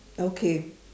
okay